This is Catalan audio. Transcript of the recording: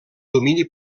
domini